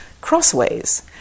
crossways